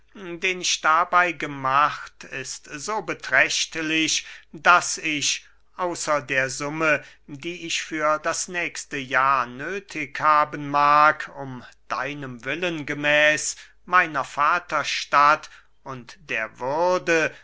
den ich dabey gemacht ist so beträchtlich daß ich außer der summe die ich für das nächste jahr nöthig haben mag um deinem willen gemäß meiner vaterstadt und der würde